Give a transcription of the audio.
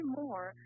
more